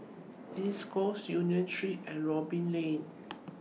East Coast Union Street and Robin Lane